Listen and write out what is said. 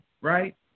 right